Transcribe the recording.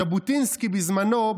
ז'בוטינסקי בזמנו,